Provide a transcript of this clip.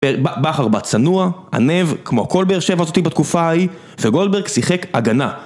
באחר בא צנוע, ענב, כמו כל באר שבעתי בתקופה ההיא, וגולדברג שיחק הגנה.